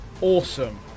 Awesome